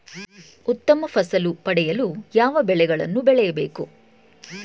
ಉತ್ತಮ ಫಸಲು ಪಡೆಯಲು ಯಾವ ಬೆಳೆಗಳನ್ನು ಬೆಳೆಯಬೇಕು?